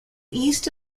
east